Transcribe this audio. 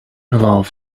love